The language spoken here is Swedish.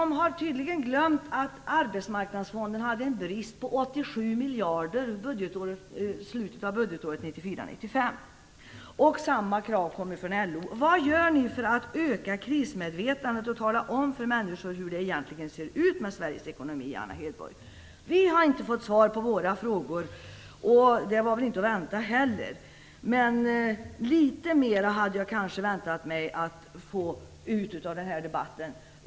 Man har tydligen glömt att det fanns en brist i Arbetsmarknadsfonden på 87 miljarder i slutet av budgetåret 1994/95. Samma krav kommer från LO. Vad gör ni för att öka krismedvetandet och för att tala om för människor hur det egentligen ser ut med Sveriges ekonomi, Anna Hedborg? Vi har inte fått svar på våra frågor - och det var inte heller att vänta - men litet mera hade jag kanske väntat mig att få ut av den här debatten.